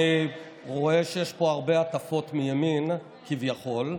אני רואה שיש פה הרבה הטפות מימין, כביכול.